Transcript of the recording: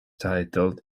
titled